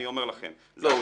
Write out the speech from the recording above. אני אומר לכם --- לא,